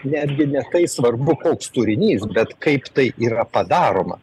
netgi ne tai svarbu koks turinys bet kaip tai yra padaroma